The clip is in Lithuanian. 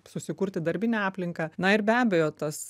susikurti darbinę aplinką na ir be abejo tas